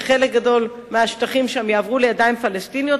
שחלק גדול מהשטחים שם יעברו לידיים פלסטיניות.